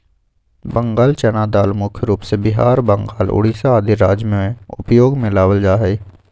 बंगाल चना दाल मुख्य रूप से बिहार, बंगाल, उड़ीसा आदि राज्य में उपयोग में लावल जा हई